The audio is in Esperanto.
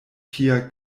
tia